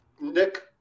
Nick